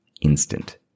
instant